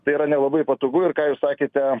tai yra nelabai patogu ir ką jūs sakėte